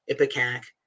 Ipecac